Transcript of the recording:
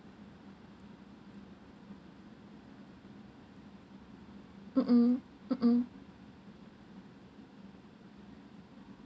mm mm